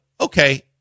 okay